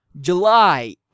July